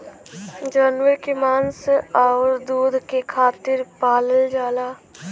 जानवर के मांस आउर दूध के खातिर पालल जाला